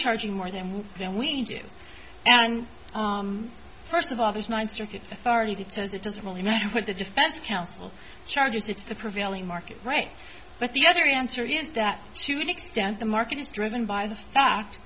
charging more than we can we do and first of all this ninth circuit authority tells it doesn't really matter what the defense counsel charges it's the prevailing market right but the other answer is that to an extent the market is driven by the fact